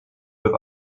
with